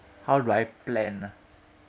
how do I plan ah